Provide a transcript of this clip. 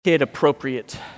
kid-appropriate